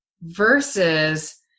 versus